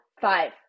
Five